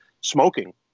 smoking